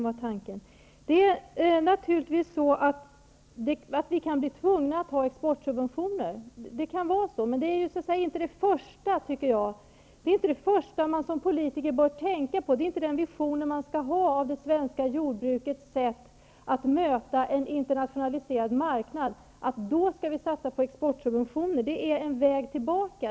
Vi kan naturligtvis bli tvungna att ha exportsubventioner, men jag tycker inte att det är det första man som politiker bör tänka på, inte att det är den visionen man skall ha av det svenska jordbrukets sätt att möta en internationaliserad marknad. Det är en väg tillbaka.